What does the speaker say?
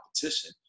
competition